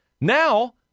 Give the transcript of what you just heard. Now